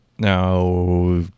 Now